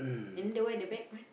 and in the where the back one